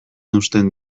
uzten